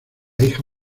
hija